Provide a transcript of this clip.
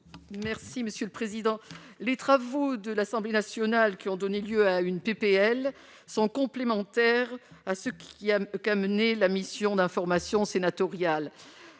Merci monsieur le président, les travaux de l'Assemblée nationale qui ont donné lieu à une PPL 100 complémentaires à ce qui a mené la mission d'information sénatoriale,